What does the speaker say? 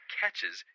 catches